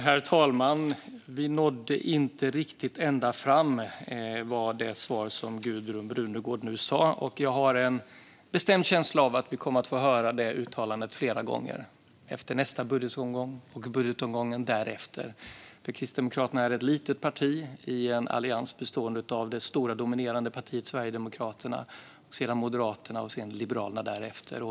Herr talman! "Vi nådde inte riktigt ända fram", var det svar som Gudrun Brunegård nu gav. Jag har en bestämd känsla av att vi kommer att få höra det uttalandet flera gånger, efter nästa budgetomgång och budgetomgången därefter, för Kristdemokraterna är ett litet parti i en allians bestående av det stora, dominerande partiet Sverigedemokraterna, sedan Moderaterna och sedan Liberalerna därefter.